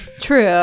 true